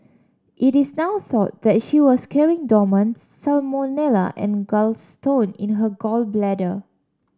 it is now thought that she was carrying dormant's salmonella on gallstone in her gall bladder